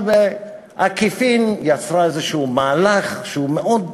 אבל בעקיפין יצרה פה איזשהו מהלך שהוא מאוד פוזיטיבי.